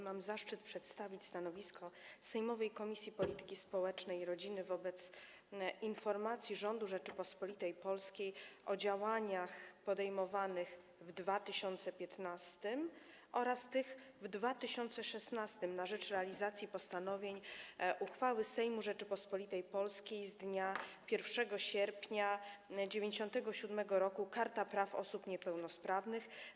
Mam zaszczyt przedstawić stanowiska sejmowej Komisji Polityki Społecznej i Rodziny wobec informacji rządu Rzeczypospolitej Polskiej o działaniach podejmowanych w 2015 r. oraz w 2016 r. na rzecz realizacji postanowień uchwały Sejmu Rzeczypospolitej Polskiej z dnia 1 sierpnia 1997 r. Karta Praw Osób Niepełnosprawnych.